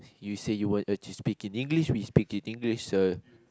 you say you want us to speak in English we speak in English so